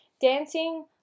dancing